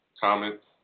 comments